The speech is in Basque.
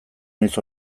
noiz